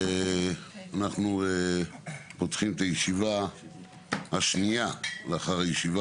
אנחנו פותחים את הישיבה השנייה לאחר הישיבה